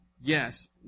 yes